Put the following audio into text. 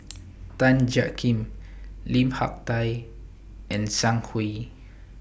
Tan Jiak Kim Lim Hak Tai and Zhang Hui